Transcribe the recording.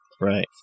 Right